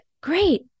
great